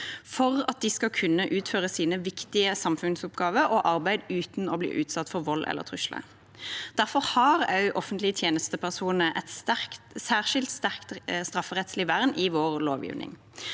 for at de skal kunne utføre sine viktige samfunnsoppgaver og sitt viktige arbeid uten å bli utsatt for vold eller trusler. Derfor har også offentlige tjenestepersoner et særskilt sterkt strafferettslig vern i vår lovgivning.